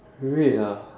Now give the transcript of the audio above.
red ah